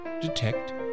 detect